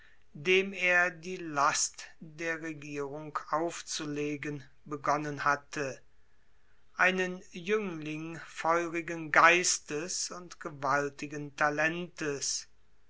dem er die last der regierung aufzulegen begonnen hatte einen jünglinn feurigen geistes und gewaltigen talentes